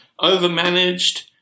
overmanaged